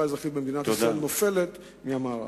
האזרחית במדינת ישראל נופלת מזו שבמערב.